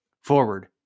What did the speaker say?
forward